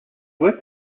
worked